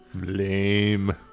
Lame